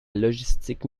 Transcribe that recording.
logistique